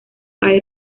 hay